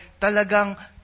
talagang